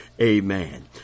Amen